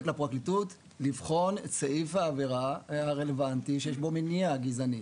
לפרקליטות לבחון את סעיף העבירה הרלוונטי שיש בו מניע גזעני.